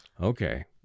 Okay